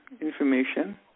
information